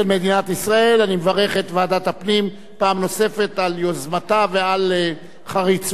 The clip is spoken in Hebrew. אני מברך את ועדת הפנים פעם נוספת על יוזמתה ועל חריצותה ועל נמרצותה.